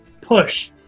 push